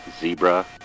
Zebra